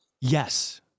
Yes